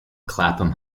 clapham